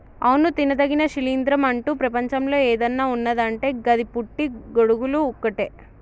అవును తినదగిన శిలీంద్రం అంటు ప్రపంచంలో ఏదన్న ఉన్నదంటే గది పుట్టి గొడుగులు ఒక్కటే